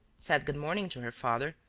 said good-morning to her father,